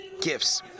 gifts